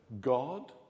God